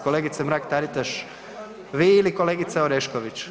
Kolegice Mrak Taritaš vi ili kolegice Orešković?